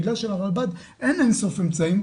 בגלל שלרלב"ד אין אין-סוף אמצעים,